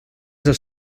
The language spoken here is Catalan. dels